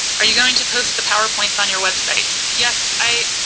are you going to post the powerpoints on your website? yes i,